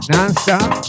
Non-stop